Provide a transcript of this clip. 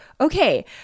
okay